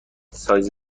سایز